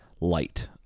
light